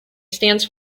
stands